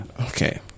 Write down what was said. Okay